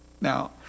Now